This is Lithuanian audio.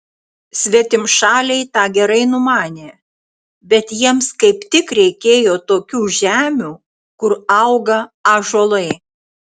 svetimšaliai tą gerai numanė bet jiems kaip tik reikėjo tokių žemių kur auga ąžuolai